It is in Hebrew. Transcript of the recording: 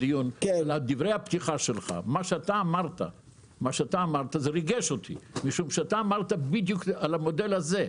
דברי הפתיחה שלך ריגשו אותי כי אתה אמרת בדיוק על המודל הזה.